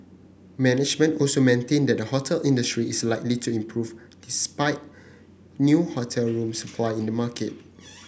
management also maintained that the hotel industry is likely to improve despite new hotel room supply in the market